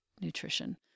nutrition